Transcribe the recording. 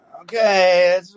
okay